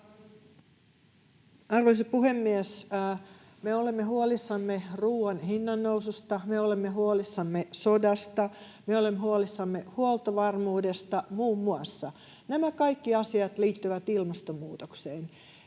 Arvoisa puhemies! Me olemme huolissamme ruuan hinnan noususta, me olemme huolissamme sodasta, me olemme huolissamme huoltovarmuudesta, muun muassa. Nämä kaikki asiat liittyvät ilmastonmuutokseen.